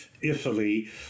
Italy